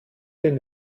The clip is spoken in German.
den